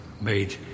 made